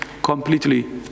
completely